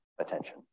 attention